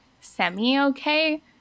semi-okay